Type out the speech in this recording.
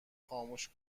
خاموش